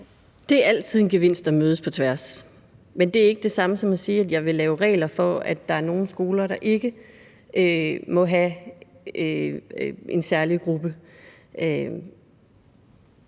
Det er altid en gevinst at mødes på tværs, men det er ikke det samme som at sige, at jeg vil lave regler for, at der er nogle skoler, der ikke må have en særlig gruppe.